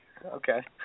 Okay